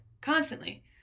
Constantly